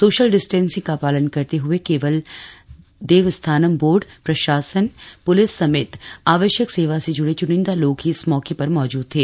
social distancing का पालन करते हुए केवल देवस्थानम बोर्ड प्रशासन पुलिस समेत आवश्यक सेवा से जुड़े चुनिंदा लोग ही इस मौके पर मौजूद थे